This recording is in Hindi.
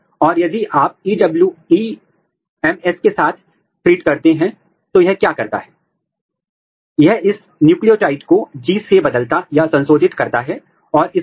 और फिर एक बार जब आप अपने ऊतकों को ट्रीट कर लेते हैं तो इस आरएनए जांच का उपयोग करें और 50 से 55 डिग्री सेंटीग्रेड पर 16 से 20 घंटे के लिए संकरण करें